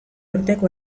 urteko